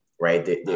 right